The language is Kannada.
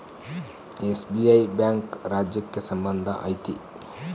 ಎಸ್.ಬಿ.ಐ ಬ್ಯಾಂಕ್ ರಾಜ್ಯಕ್ಕೆ ಸಂಬಂಧ ಐತಿ